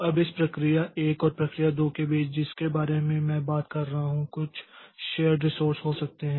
अब इस प्रक्रिया 1 और प्रक्रिया 2 के बीच जिसके बारे में मैं बात कर रहा हूं कुछ शेर्ड रीसोर्स हो सकते हैं